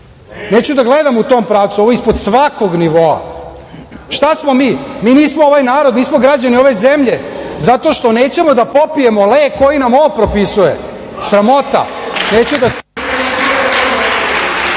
Neću da gledam u tom pravcu, ovo je ispod svakog nivoa. Šta smo mi? Mi nismo ovaj narod, nismo građani ove zemlje, zato što nećemo da popijemo lek koji nam on propisuje. Sramota.